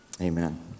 Amen